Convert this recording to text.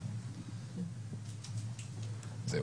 זהו.